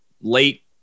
late